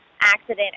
accident